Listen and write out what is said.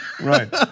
Right